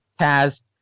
Taz